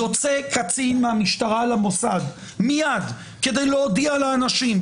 יוצא קצין מהמשטרה למוסד מייד כדי להודיע לאנשים,